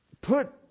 put